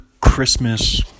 Christmas